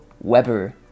Weber